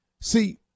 See